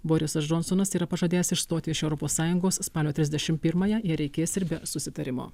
borisas džonsonas yra pažadėjęs išstoti iš europos sąjungos spalio trisdešim pirmąją jei reikės ir be susitarimo